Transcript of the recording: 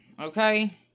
Okay